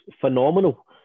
phenomenal